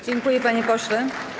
Dziękuję, panie pośle.